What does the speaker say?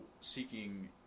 seeking